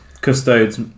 Custodes